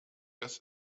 das